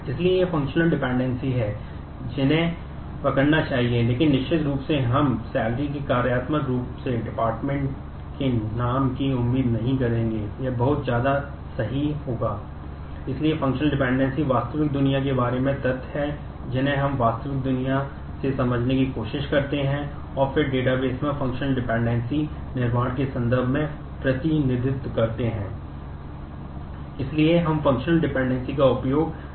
इसलिए ये functional dependency निर्माण के संदर्भ में प्रतिनिधित्व करते हैं